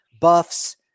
Buffs